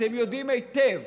אתם יודעים היטב